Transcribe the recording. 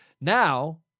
now